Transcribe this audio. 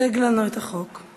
הצג לנו את החוק.